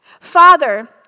Father